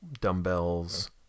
dumbbells